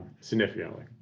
significantly